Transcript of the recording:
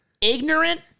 Ignorant